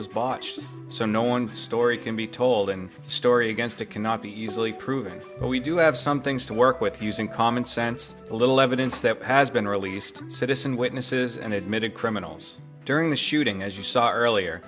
was botched so no one story can be told and story against it cannot be easily proven but we do have some things to work with using common sense a little evidence that has been released citizen witnesses and admitted criminals during the shooting as you saw earlier